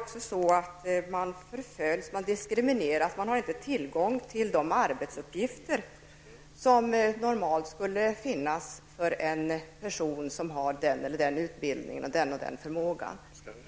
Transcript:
Personer förföljs, diskrimineras och har inte tillgång till de arbetsuppgifter som normalt skulle finnas för personer med samma utbildning och samma förmåga.